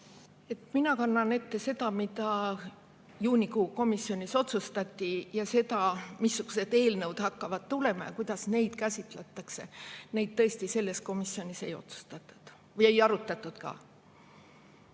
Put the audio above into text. Mina kannan ette seda, mida juunikuus komisjonis otsustati. Seda, missugused eelnõud hakkavad tulema ja kuidas neid käsitletakse, tõesti sellel komisjoni [koosolekul] ei otsustatud ja ei arutatud ka.